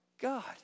God